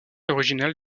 original